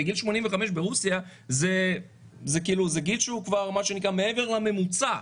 גיל 85 ברוסיה זה גיל שהוא כבר מעבר לממוצע.